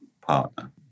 partner